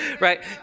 right